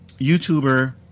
YouTuber